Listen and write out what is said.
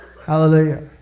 Hallelujah